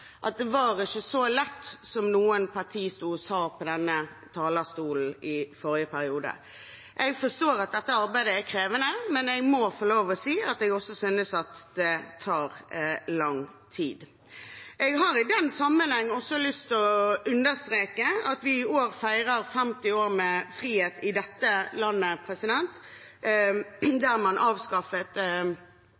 at det ikke var så lett som noen representanter i forrige periode sto og sa på denne talerstolen. Jeg forstår at dette arbeidet er krevende, men jeg må få lov til å si at jeg også synes at det tar lang tid. Jeg har i den sammenhengen lyst til å understreke at vi i år feirer 50 år med frihet i dette landet